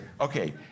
Okay